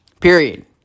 Period